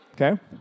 Okay